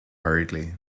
hurriedly